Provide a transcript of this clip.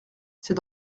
c’est